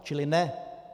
Čili ne.